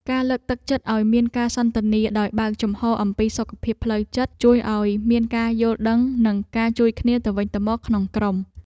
ការលើកទឹកចិត្តឱ្យមានការសន្ទនាដោយបើកចំហរអំពីសុខភាពផ្លូវចិត្ត ជួយឱ្យមានការយល់ដឹងនិងការជួយគ្នាទៅវិញទៅមកក្នុងក្រុម។